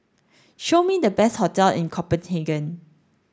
show me the best hotel in Copenhagen